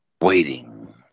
waiting